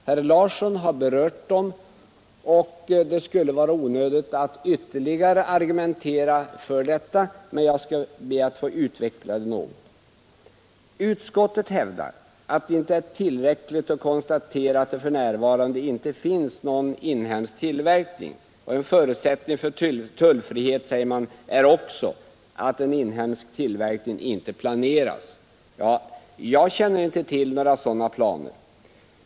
Herr Larsson i Umeå har berört dem, och det skulle vara onödigt att ytterligare argumentera om detta, men jag skall be att få utveckla det något. Utskottet hävdar att det inte är tillräckligt att konstatera att det för närvarande inte finns någon inhemsk tillverkning. En förutsättning för tullfrihet, säger man, är också att en inhemsk tillverkning inte planeras. Jag känner inte till några sådana planer.